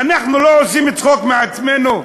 אנחנו לא עושים צחוק מעצמנו?